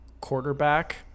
quarterback